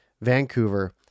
Vancouver